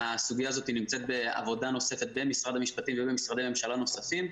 הסוליה הזאת נמצאת בעבודה נוספת במשרד המשפטים ובמשרדי ממשלה נוספים,